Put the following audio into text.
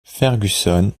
fergusson